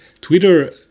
Twitter